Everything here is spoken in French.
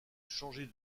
changer